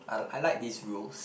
I I like these rules